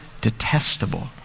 detestable